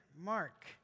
Mark